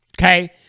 okay